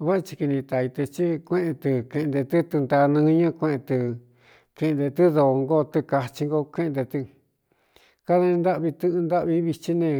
Váꞌa thi kini ta i tɨ̄ tí kuéꞌen tɨ keꞌnte tɨ́ tɨntaa nɨñɨ́ kuéꞌen tɨ keꞌntē tɨ́ doo ngóo tɨkachin nko kéꞌnte tɨ kadani ntâꞌvi tɨꞌɨ ntâꞌvi vithí ne